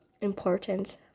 important